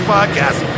Podcast